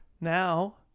now